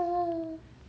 oh